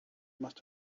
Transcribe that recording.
must